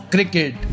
Cricket